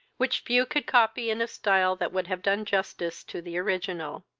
which few could copy in a stile that would have done justice to the original.